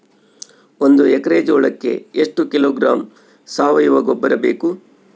ಒಂದು ಎಕ್ಕರೆ ಜೋಳಕ್ಕೆ ಎಷ್ಟು ಕಿಲೋಗ್ರಾಂ ಸಾವಯುವ ಗೊಬ್ಬರ ಬೇಕು?